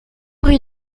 rue